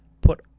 Put